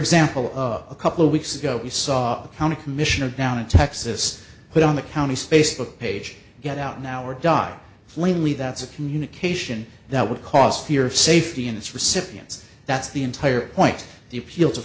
example a couple weeks ago we saw how the commissioner down in texas put on the county's facebook page get out now or die plainly that's a communication that would cause fear of safety and it's recipients that's the entire point the appeal to